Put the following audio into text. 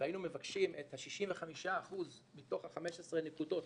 והיינו מבקשים את ה-65% מתוך ה-15 נקודות,